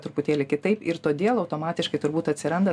truputėlį kitaip ir todėl automatiškai turbūt atsiranda